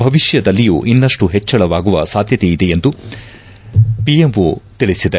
ಭವಿಷ್ಯದಲ್ಲಿಯೂ ಇನ್ನಷ್ಟು ಹೆಚ್ಚಳವಾಗುವ ಸಾಧ್ಯತೆ ಇದೆ ಎಂದು ಪಿಎಂಓ ತಿಳಿಸಿದೆ